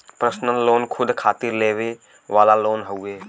personal loan खुद खातिर लेवे वाला लोन हउवे